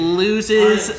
loses